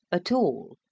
at all,